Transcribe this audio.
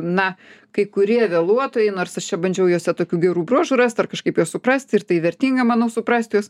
na kai kurie vėluotojai nors aš čia bandžiau juose tokių gerų bruožų rast ar kažkaip juos suprasti ir tai vertinga manau suprast juos